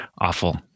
awful